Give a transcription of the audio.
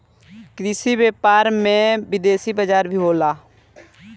कृषि व्यापार में में विदेशी बाजार भी होला